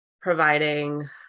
providing